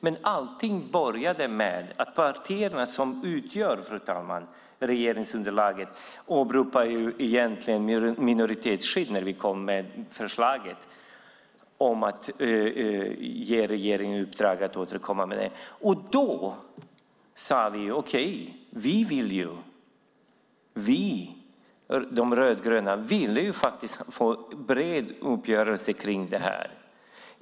Men allting började med att de partier som utgör regeringsunderlaget åberopade minoritetsskydd när vi kom med förslaget om att ge regeringen i uppdrag att återkomma med detta, fru talman. Då sade vi okej. Vi, de rödgröna, ville få en bred uppgörelse om detta.